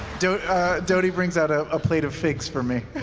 doty doty brings out out a plate of figs for me.